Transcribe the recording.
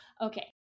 Okay